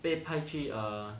被派去 err